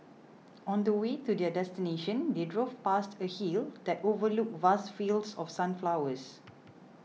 on the way to their destination they drove past a hill that overlooked vast fields of sunflowers